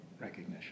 recognition